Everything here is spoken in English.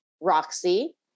Roxy